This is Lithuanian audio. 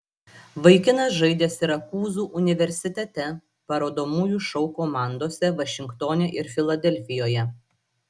vaikinas žaidė sirakūzų universitete parodomųjų šou komandose vašingtone ir filadelfijoje